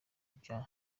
bya